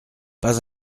pas